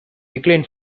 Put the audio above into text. decline